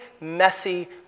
messy